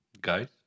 Guys